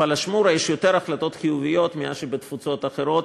הפלאשמורה יש יותר החלטות חיוביות מאשר בתפוצות אחרות,